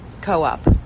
co-op